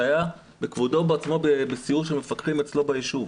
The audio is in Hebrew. שהיה בכבודו ובעצמו בסיור של מפקחים אצלו ביישוב.